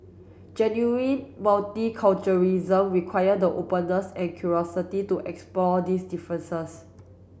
genuine multiculturalism require the openness and curiosity to explore these differences